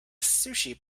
sushi